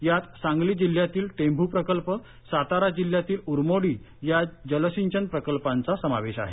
यात सांगली जिल्हयातील टेभु प्रकल्प सातारा जिल्हयातील उर्मोडी या जल सिंचन प्रकल्पांचा समावेश आहे